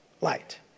light